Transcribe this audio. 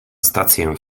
stację